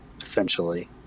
essentially